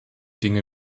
dinge